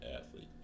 athlete